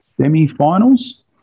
semi-finals